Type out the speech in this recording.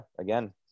again